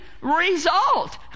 result